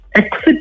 exit